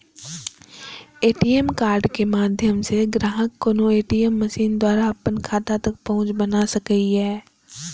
ATM कार्डक माध्यम सं ग्राहक कोनो ए.टी.एम मशीन द्वारा अपन खाता तक पहुंच बना सकैए